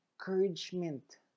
encouragement